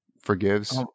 forgives